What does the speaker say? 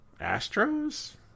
Astros